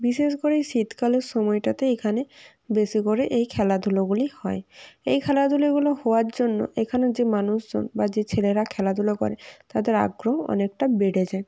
বিশেষ করে এই শীতকালের সময়টাতে এখানে বেশি করে এই খেলাধুলোগুলি হয় এই খেলাধুলোগুলো হওয়ার জন্য এখানে যে মানুষজন বা যে ছেলেরা খেলাধুলো করে তাদের আগ্রহ অনেকটা বেড়ে যায়